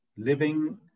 living